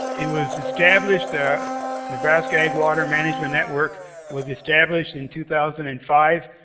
it was established the nebraska ag. water management network was established in two thousand and five.